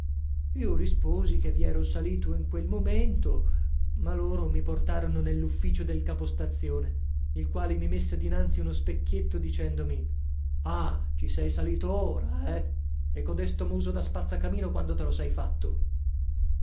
io risposi che vi ero salito in quel momento ma loro mi portarono nell'ufficio del capostazione il quale mi messe dinanzi uno specchietto dicendomi ah ci sei salito ora eh e codesto muso da spazzacamino quando te lo sei fatto